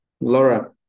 laura